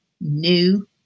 New